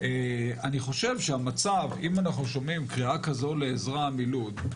אם אנחנו שומעים קריאה כזו לעזרה מלוד,